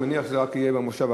ולא את הקבוצות של היום.